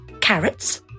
Carrots